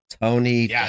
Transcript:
Tony